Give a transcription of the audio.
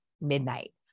midnight